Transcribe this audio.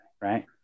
right